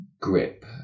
grip